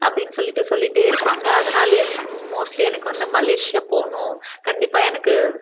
அப்டின்னு சொல்லிவிட்டு சொல்லிகிட்டே இருப்பாங்க அதனாலேயே மோஸ்ட்லி எனக்கு வந்து மலேஷியா போகணும் கண்டிப்பாக எனக்கு